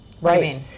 Right